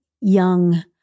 young